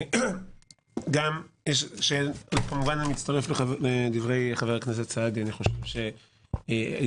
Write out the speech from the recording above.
אני מצטרף לדברי חבר הכנסת סעדי כמובן.